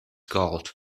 gold